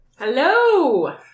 Hello